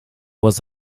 was